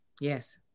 Yes